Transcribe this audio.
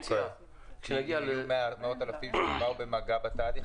אם מאות אלפים אז מדובר ב- -- בתהליך הזה.